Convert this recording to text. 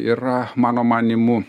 yra mano manymu